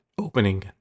opening